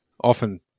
often